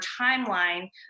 timeline